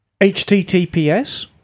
HTTPS